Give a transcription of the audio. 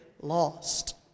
lost